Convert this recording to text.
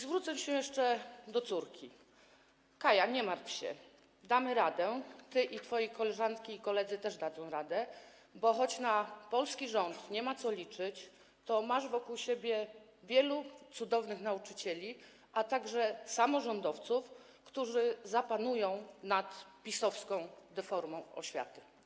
Zwrócę się jeszcze do córki: Kaja, nie martw się, damy radę, ty i twoje koleżanki i koledzy też dadzą radę, bo choć na polski rząd nie ma co liczyć, to masz wokół siebie wielu cudownych nauczycieli, a także samorządowców, którzy zapanują nad PiS-owską deformą oświaty.